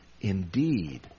indeed